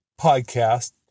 podcast